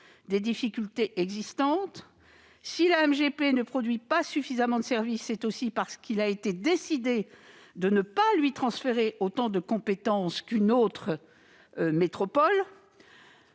des difficultés existantes. Si la MGP ne produit pas suffisamment de services, c'est aussi parce qu'il a été décidé de ne pas lui transférer autant de compétences qu'à une autre métropole.